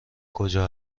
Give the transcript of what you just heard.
کجا